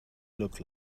look